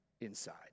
inside